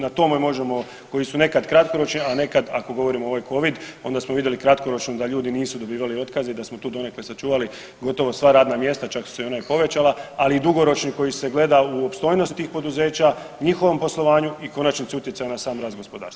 Na tome možemo, koji su nekad kratkoročni, a nekad ako govorimo o ovoj Covid onda smo vidjeli kratkoročno da ljudi nisu dobivali otkaze i da smo tu donekle sačuvali gotovo sva radna mjesta, čak su se ona i povećala, ali i dugoročni koji se gleda u opstojnosti tih poduzeća, njihovom poslovanju i konačnici utjecaj na sam rast gospodarstva.